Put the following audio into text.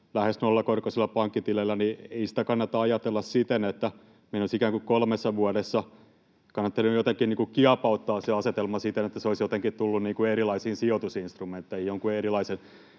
lähes nollakorkoisilla pankkitileillä, niin ei sitä kannata ajatella siten, että meidän olisi ikään kuin kolmessa vuodessa kannattanut jotenkin kiepauttaa se asetelma siten, että se olisi jotenkin tuonut erilaisen sijoitusinstrumentin,